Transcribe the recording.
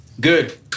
good